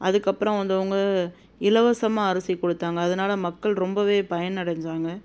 அதுக்கப்புறம் வந்தவங்க இலவசமாக அரிசி கொடுத்தாங்க அதனால் மக்கள் ரொம்பவே பயனைடஞ்சாங்க